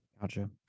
Gotcha